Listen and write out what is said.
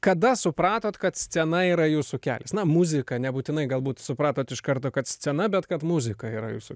kada supratot kad scena yra jūsų kelias na muzika nebūtinai galbūt supratot iš karto kad scena bet kad muzika yra jūsų